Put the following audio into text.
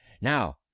Now